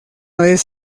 vez